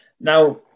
Now